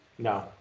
No